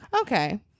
okay